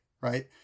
right